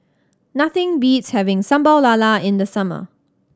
nothing beats having Sambal Lala in the summer